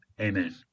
Amen